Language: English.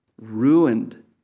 ruined